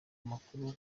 amakuru